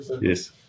Yes